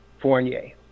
Fournier